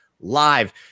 live